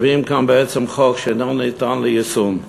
מביאים כאן חוק שאינו ניתן ליישום.